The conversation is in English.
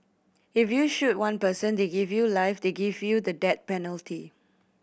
if you shoot one person they give you life they give you the death penalty